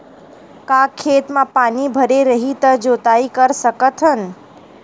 का खेत म पानी भरे रही त जोताई कर सकत हन?